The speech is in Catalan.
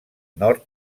nord